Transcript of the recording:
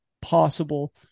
Possible